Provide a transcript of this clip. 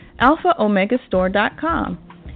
AlphaOmegaStore.com